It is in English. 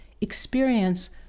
experience